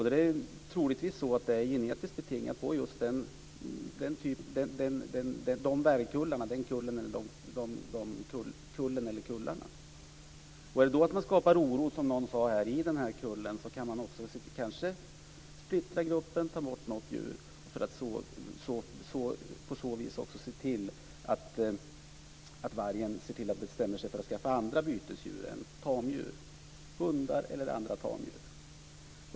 Det är troligtvis genetiskt betingat på just den kullen eller de kullarna. Om man då vill skapa oro i kullen kan man kanske splittra gruppen och ta bort något djur för att på så vis se till att vargen bestämmer sig för att skaffa andra bytesdjur än hundar eller andra tamdjur.